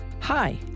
hi